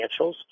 financials